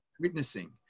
witnessing